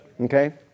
Okay